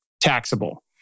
taxable